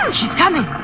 she's coming!